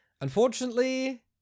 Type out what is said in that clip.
unfortunately